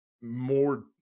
more